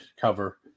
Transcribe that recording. cover